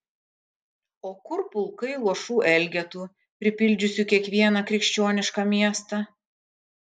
o kur pulkai luošų elgetų pripildžiusių kiekvieną krikščionišką miestą